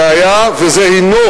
ההסכם, זה היה, וזה הינו,